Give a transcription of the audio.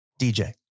DJ